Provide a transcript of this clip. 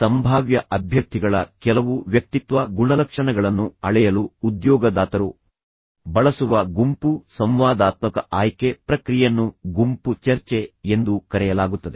ಸಂಭಾವ್ಯ ಅಭ್ಯರ್ಥಿಗಳ ಕೆಲವು ವ್ಯಕ್ತಿತ್ವ ಗುಣಲಕ್ಷಣಗಳನ್ನು ಅಳೆಯಲು ಉದ್ಯೋಗದಾತರು ಬಳಸುವ ಗುಂಪು ಸಂವಾದಾತ್ಮಕ ಆಯ್ಕೆ ಪ್ರಕ್ರಿಯೆಯನ್ನು ಗುಂಪು ಚರ್ಚೆ ಎಂದು ಕರೆಯಲಾಗುತ್ತದೆ